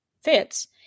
fits